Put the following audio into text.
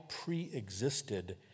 pre-existed